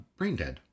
Braindead